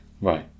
right